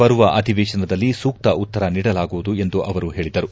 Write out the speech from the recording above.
ಬರುವ ಅಧಿವೇಶನದಲ್ಲಿ ಸೂಕ್ತ ಉತ್ತರ ನೀಡಲಾಗುವುದು ಎಂದು ಅವರು ಹೇಳಿದರು